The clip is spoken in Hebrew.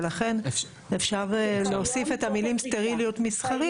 ולכן אפשר להוסיף את המילים "סטריליות מסחרית".